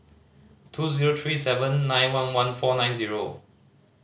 two zero three seven nine one one four nine zero